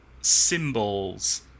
symbols